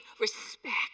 respect